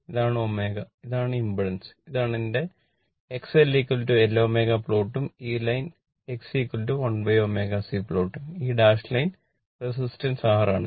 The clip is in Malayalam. ഇതാണ് എന്റെ XLLω പ്ലോട്ടും ഈ ലൈൻ ഈ XC1ω C പ്ലോട്ടും ഈ ഡാഷ് ലൈൻ റെസിസ്റ്റൻസ് R ആണ്